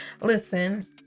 listen